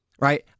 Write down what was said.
Right